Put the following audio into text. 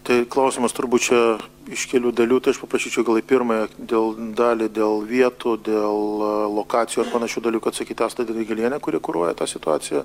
tai klausimas turbūt čia iš kelių dalių tai aš paprašyčiau gal į pirmą dėl dalį dėl vietų dėl lokacijos panašių dalykų atsakyti astą dirgėlienę kuri kuruoja tą situaciją